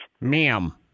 Ma'am